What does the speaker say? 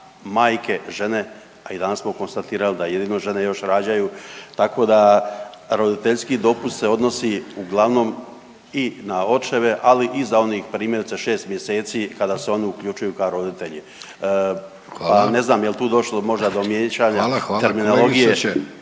majke, žene, a i danas smo konstatirali da jedino žene još rađaju, tako da roditeljski dopust se odnosi uglavnom i na očeve, ali i za onih primjerice 6 mjeseci kada se oni uključuju ka roditelji, pa ne znam jel tu došlo možda do miješanja terminologije…/Upadica: